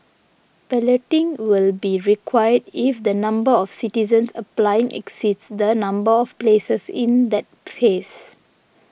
balloting will be required if the number of citizens applying exceeds the number of places in that phase